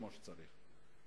כמו שצריך.